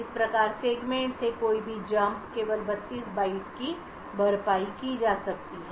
इस प्रकार सेगमेंट से कोई भी कूदकेवल 32 बाइट की भरपाई की जा सकती है